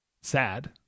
sad